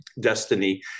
destiny